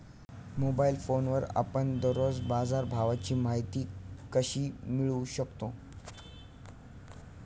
Mobile फोनवर आपण दररोज बाजारभावाची माहिती कशी मिळवू शकतो?